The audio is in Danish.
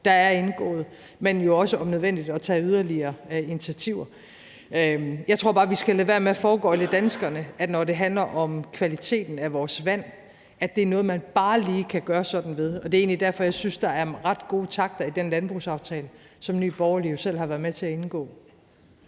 der er indgået, men jo også i forhold til om nødvendigt at tage yderligere initiativer. Jeg tror bare, vi skal lade være med at foregøgle danskerne, når det handler om kvaliteten af vores vand, at det er noget, man sådan bare lige kan ordne. Og det er egentlig derfor, jeg synes, der er ret gode takter i den landbrugsaftale, som Nye Borgerlige jo selv har været med til at indgå.